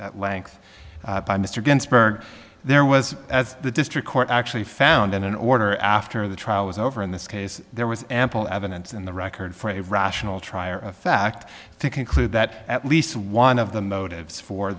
at length by mr ginsberg there was as the district court actually found in an order after the trial was over in this case there was ample evidence in the record for a rational trier of fact to conclude that at least one of the motives for